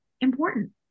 important